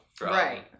Right